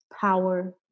power